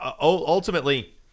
ultimately